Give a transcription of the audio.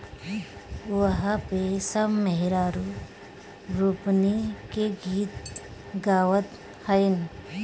उहा पे सब मेहरारू रोपनी के गीत गावत हईन